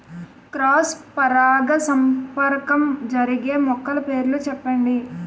Cross పరాగసంపర్కం జరిగే మొక్కల పేర్లు చెప్పండి?